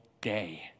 day